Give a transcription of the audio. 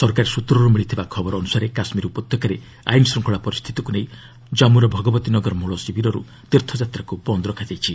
ସରକାରୀ ସ୍ନତ୍ରରୁ ମିଳିଥିବା ଖବର ଅନୁସାରେ କାଶ୍କୀର ଉପତ୍ୟକାରେ ଆଇନ ଶୃଙ୍ଗଳା ପରିସ୍ଥିତିକୁ ନେଇ ଜନ୍ମୁର ଭଗବତୀ ନଗର ମୂଳଶିବିରରୁ ତୀର୍ଥଯାତ୍ରାକୁ ବନ୍ଦ୍ ରଖାଯାଇଛି